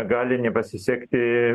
gali nepasisekti